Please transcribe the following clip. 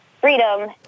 freedom